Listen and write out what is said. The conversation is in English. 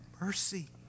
mercy